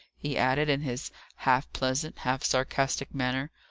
he added, in his half-pleasant, half-sarcastic manner.